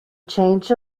change